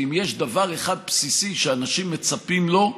כי אם יש דבר אחד בסיסי שאנשים מצפים לו,